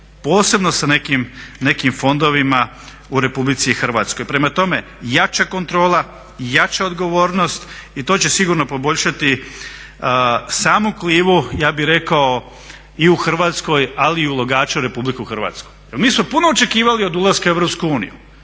posebno sa nekim fondovima u RH. Prema tome, jača kontrola, jača odgovornost i to će sigurno poboljšati samu klimu, ja bih rekao i u Hrvatskoj ali i u ulagačima u RH. Jer mi smo puno očekivali od ulaska u EU,